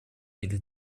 или